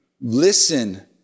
Listen